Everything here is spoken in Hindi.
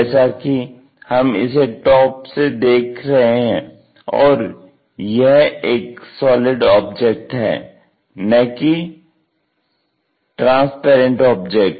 जैसा कि हम इसे टॉप से देख रहे हैं और यह एक सॉलि़ड ऑब्जेक्ट है न कि ट्रांसपेरेंट ऑब्जेक्ट